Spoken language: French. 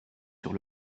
sur